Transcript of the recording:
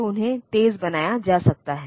तो उन्हे तेज़ बनाया जा सकता है